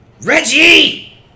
Reggie